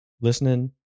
listening